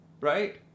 right